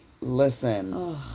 listen